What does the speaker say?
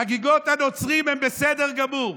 חגיגות הנוצרים הן בסדר גמור.